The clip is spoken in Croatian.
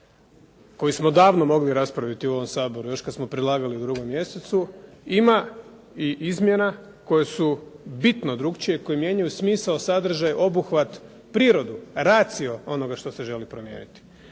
koji smo davno mogli raspraviti u ovom Saboru još kad smo predlagali u 2. mjesecu, ima i izmjena koje su bitno drukčije i koje mijenjaju smisao, sadržaj, obuhvat, prirodu, racio onoga što se želi promijeniti.